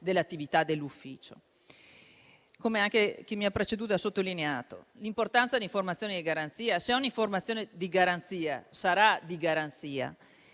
delle attività dell'ufficio, come anche chi mi ha preceduto ha sottolineato. L'importanza delle informazioni di garanzia: se un'informazione è di garanzia, sarà di garanzia.